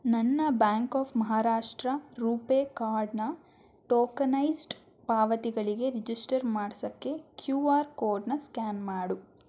ನನ್ನ bank of Maharashtra RuPay ಕಾರ್ಡ್ನ tokenised ಪಾವತಿಗಳಿಗೆ ರಿಜಿಸ್ಟರ್ ಮಾಡ್ಸೋಕ್ಕೆ ಕ್ಯೂ ಆರ್ ಕೋಡ್ನ ಸ್ಕ್ಯಾನ್ ಮಾಡು